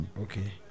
Okay